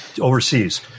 Overseas